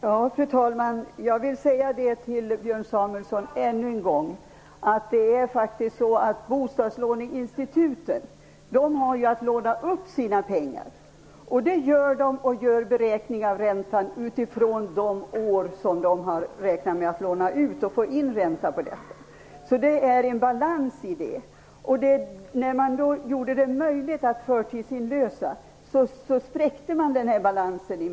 Fru talman! Jag vill ännu en gång säga till Björn Samuelson att det faktiskt är så att bostadslåneinstituten har att låna upp sina pengar. Det gör de. Beräkningar görs av räntan utifrån de år som man har räknat med att låna ut pengar och få in ränta på det. Det finns alltså en balans i detta. När man gjorde det möjligt att förtidsinlösa lån spräcktes den här balansen.